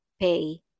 pay